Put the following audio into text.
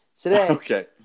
Today